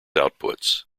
outputs